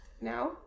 now